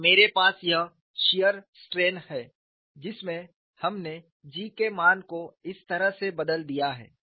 और मेरे पास यह शीयर स्ट्रेन है जिसमें हमने G के मान को इस तरह से बदल दिया है